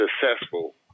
successful